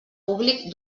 públic